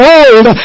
old